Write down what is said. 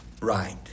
right